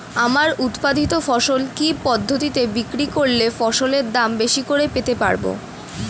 আমার উৎপাদিত ফসল কি পদ্ধতিতে বিক্রি করলে ফসলের দাম বেশি করে পেতে পারবো?